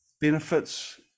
Benefits